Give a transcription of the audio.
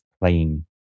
playing